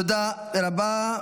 תודה רבה.